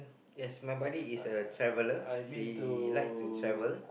yes my buddy is a traveller he like to travel